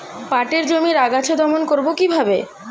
পাটের জমির আগাছা দমন করবো কিভাবে?